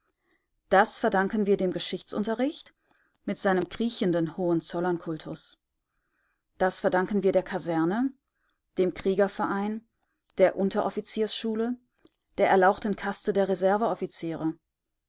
das verdanken wir dem geschichtsunterricht mit seinem kriechenden hohenzollern-kultus das verdanken wir der kaserne dem kriegerverein der unteroffizierschule der erlauchten kaste der